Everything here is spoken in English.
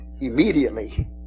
immediately